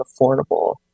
affordable